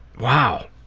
wow.